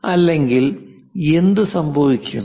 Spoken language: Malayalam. അല്ലെങ്കിൽ എന്ത് സംഭവിക്കും